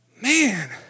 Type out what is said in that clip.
man